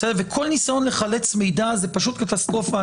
וכל ניסיון לחלץ מידע הוא פשוט קטסטרופה.